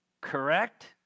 correct